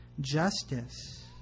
justice